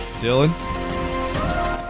Dylan